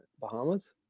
Bahamas